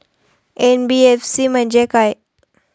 NBFC म्हणजे काय?